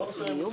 בוא נסיים עם זה.